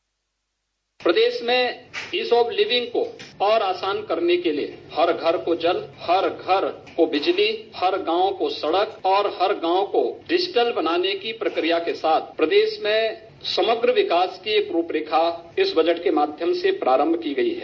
bite प्रदेश में ease of living को और आसान करने के लिये हर घर को जल हर घर को बिजली हर गांव को सड़क और हर गांव को डिजिटल बनाने की प्रक्रिया के साथ प्रदेश में समग्र विकास की रूपरेखा इस बजट के माध्यम से प्रारम्भ की गई है